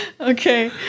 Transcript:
Okay